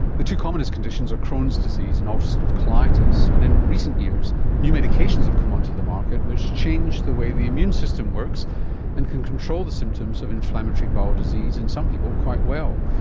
the two commonest conditions are crohn's disease and ulcerative ah sort of colitis and in recent years new medications have come onto the market which change the way the immune system works and can control the symptoms of inflammatory bowel disease in some people quite well.